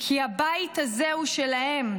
כי הבית הזה הוא שלהם,